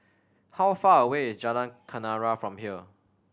how far away is Jalan Kenarah from here